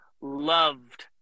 loved